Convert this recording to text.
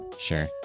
sure